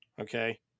Okay